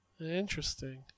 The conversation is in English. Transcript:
Interesting